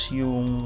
yung